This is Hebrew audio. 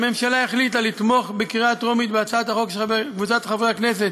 הממשלה החליטה לתמוך בקריאה טרומית בהצעת החוק של קבוצת חברי הכנסת